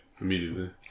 immediately